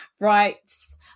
rights